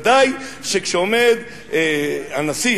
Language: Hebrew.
ודאי שכשעומד הנשיא,